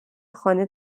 خانه